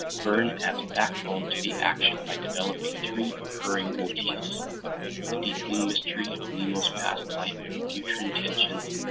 verne adds backbone to the action by developing three recurring motifs the deepening mystery of nemo's past life and future intentions,